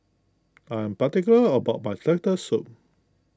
I am particular about my Turtle Soup